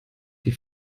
die